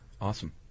Awesome